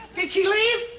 did she leave?